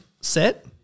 set